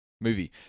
Movie